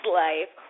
life